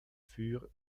für